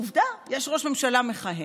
עובדה, יש ראש ממשלה מכהן.